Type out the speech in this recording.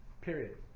Period